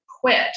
quit